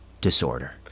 disorder